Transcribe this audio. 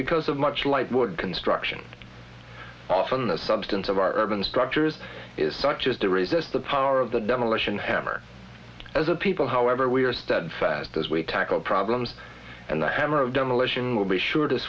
because of much like wood construction often the substance of our urban structures is such as to resist the power of the demolition hammer as a people however we are steadfast as we tackle problems and the hammer of demolition will be sure to